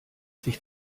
sich